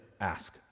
Ask